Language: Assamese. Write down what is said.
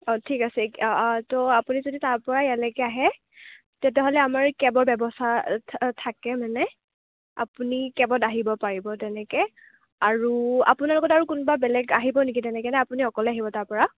অঁ ঠিক আছে ত' আপুনি যদি তাৰপৰা ইয়ালৈকে আহে তেতিয়াহ'লে আমাৰ কেবৰ ব্যৱস্থা থাকে মানে আপুনি কেবত আহিব পাৰিব তেনেকৈ আৰু আপোনাৰ লগত আৰু কোনোবা বেলেগ আহিব নেকি তেনেকৈ নে আপুনি অকলে আহিব তাৰপৰা